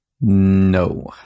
No